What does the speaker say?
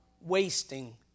wasting